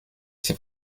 ses